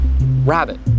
Rabbit